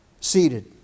seated